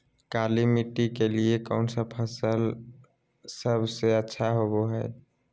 काली मिट्टी के लिए कौन फसल सब से अच्छा होबो हाय?